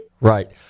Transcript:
Right